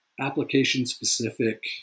application-specific